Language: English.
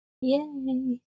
yay